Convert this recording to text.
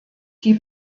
die